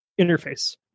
interface